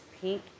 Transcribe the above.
pink